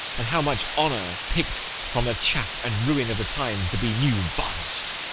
and how much honour pick'd from the chaff and ruin of the times to be new varnish'd!